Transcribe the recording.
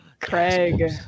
Craig